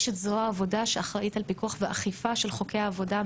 יש זרוע העבודה שאחראית על פיקוח ואכיפה של חוקי העבודה,